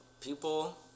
people